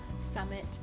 summit